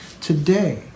today